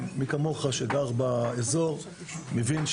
ומי כמוך שגר באזור מבין,